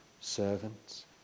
servants